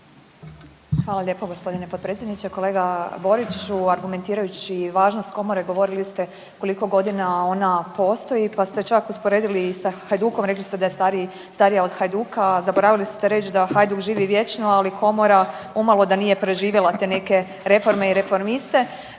Hvala lijepo g. potpredsjedniče, kolega Boriću. Argumentirajući važnost Komore, govorili ste koliko godina ona postoji pa ste čak usporedili i sa Hajdukom, rekli ste da je starija od Hajduka, a zaboravili ste reći da Hajduk živi vječno, ali Komora umalo da nije preživjela te neke reforme i reformiste,